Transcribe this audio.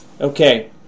okay